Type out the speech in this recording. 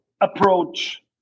approach